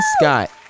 Scott